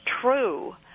true